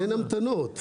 אין המתנות.